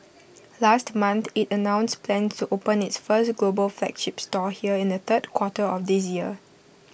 last month IT announced plans to open its first global flagship store here in the third quarter of this year